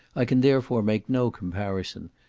i can therefore make no comparison,